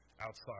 outside